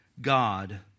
God